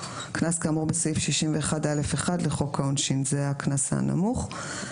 קנס כאמור בסעיף 61(א)(1) לחוק העונשין." זה הקנס הנמוך.